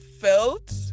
felt